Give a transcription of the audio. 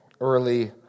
Early